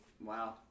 Wow